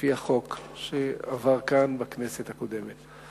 לפי החוק שעבר כאן בכנסת הקודמת.